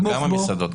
גם המסעדות.